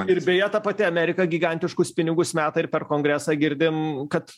ir beje ta pati amerika gigantiškus pinigus meta ir per kongresą girdim kad